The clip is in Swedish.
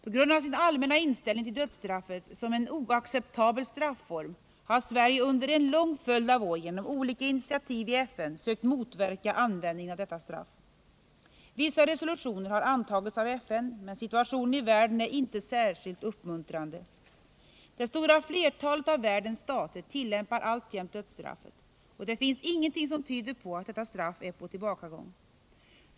På grund av sin allmänna inställning till dödsstraffet som en oacceptabel strafform har Sverige under en lång följd av år genom olika initiativ i FN sökt motverka användningen av detta straff. Vissa resolutioner har antagits av FN, men situationen i världen är inte särskilt uppmuntrande. Det stora flertalet av världens stater tillämpar alltjämt dödsstraffet, och det finns ingenting som tyder på att detta straff är på tillbakagång.